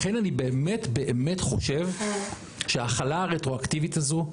לכן אני באמת באמת חושב שהחלה הרטרואקטיבית הזו,